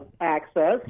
access